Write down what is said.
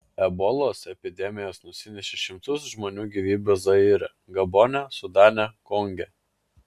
ebolos epidemijos nusinešė šimtus žmonių gyvybių zaire gabone sudane konge